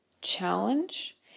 challenge